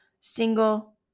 single